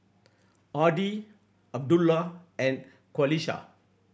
Adi Abdullah and Qalisha